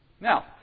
Now